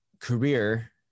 career